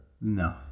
no